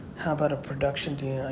how about a production,